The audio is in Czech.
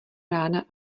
rána